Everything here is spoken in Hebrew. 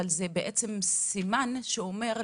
אבל זה בעצם סימן שאומר,